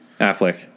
Affleck